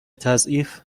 تعضیف